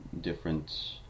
different